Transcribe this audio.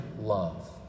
love